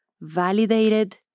validated